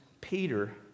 Peter